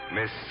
Miss